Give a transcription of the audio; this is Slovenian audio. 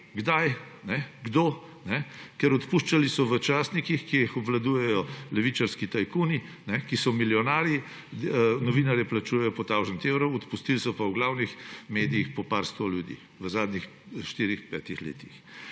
kdaj, kdo. Ker odpuščali so v časnikih, ki jih obvladujejo levičarski tajkuni, ki so milijonarji, novinarje plačujejo po tisoč evrov, odpustili so pa v glavnih medijih po nekaj sto ljudi v zadnjih štirih, petih letih.